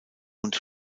und